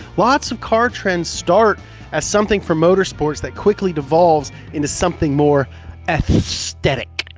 lots of car trends start as something for motor sports that quickly devolves into something more aesthetic,